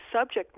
subject